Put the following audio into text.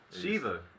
Shiva